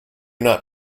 not